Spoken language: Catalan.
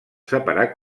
separar